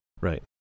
Right